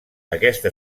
aquesta